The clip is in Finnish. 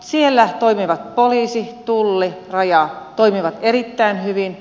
siellä poliisi tulli raja toimivat erittäin hyvin